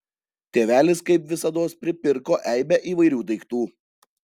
tėvelis kaip visados pripirko eibę įvairių daiktų